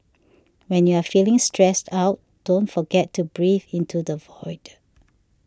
when you are feeling stressed out don't forget to breathe into the void